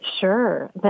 Sure